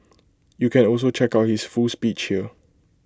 you can also check out his full speech here